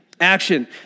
action